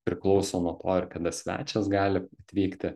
priklauso nuo to ir kada svečias gali atvykti